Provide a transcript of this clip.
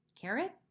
carrot